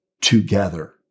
together